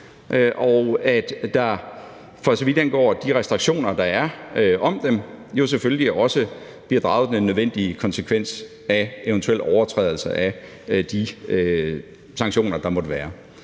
har sikret, for så vidt angår de restriktioner, der er omkring dem, at der selvfølgelig også bliver draget den nødvendige konsekvens af eventuelle overtrædelser af de sanktioner, der måtte være.